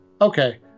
okay